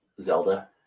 Zelda